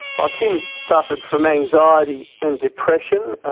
ah tim suffered from anxiety and depression.